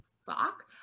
sock